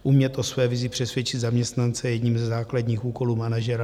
Umět o své vizi přesvědčit zaměstnance je jedním ze základních úkolů manažera.